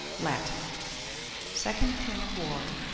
latin second punic war.